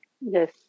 yes